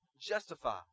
justify